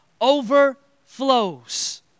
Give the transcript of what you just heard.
overflows